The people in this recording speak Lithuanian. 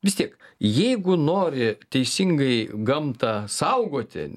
vis tiek jeigu nori teisingai gamtą saugoti